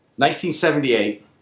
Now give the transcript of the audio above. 1978